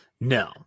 No